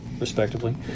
respectively